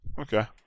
Okay